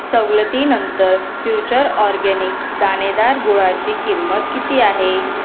सवलतीनंतर Future Organics दाणेदार गुळाची किंमत किती आहे